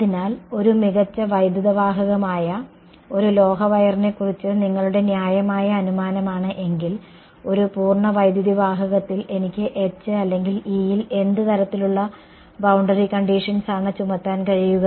അതിനാൽ ഒരു മികച്ച വൈദ്യുതിവാഹകമായ ഒരു ലോഹ വയറിനെക്കുറിച്ച് നിങ്ങളുടെ ന്യായമായ അനുമാനമാണ് എങ്കിൽ ഒരു പൂർണ്ണ വൈദ്യുതിവാഹകത്തിൽ എനിക്ക് H അല്ലെങ്കിൽ E യിൽ എന്ത് തരത്തിലുള്ള ബൌണ്ടറി കണ്ടിഷൻസ് ആണ് ചുമത്താൻ കഴിയുക